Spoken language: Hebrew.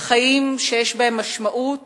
לחיים שיש בהם משמעות